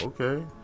Okay